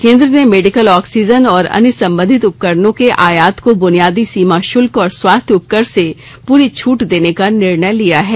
केंद्र ने medical oxygen और अन्य संबंधित उपकरणों के आयात को बुनियादी सीमा शुल्क और स्वास्थ्य उपकर से पूरी छूट देने का निर्णय लिया है